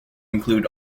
include